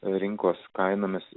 rinkos kainomis